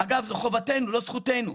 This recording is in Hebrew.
אגב, זו חובתנו, לא זכותנו.